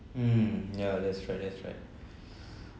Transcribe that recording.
mm yeah that's right that's right